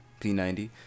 P90